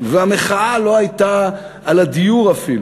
והמחאה לא הייתה על הדיור אפילו,